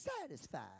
satisfied